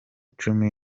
cumi